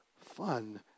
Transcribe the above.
fun